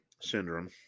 syndrome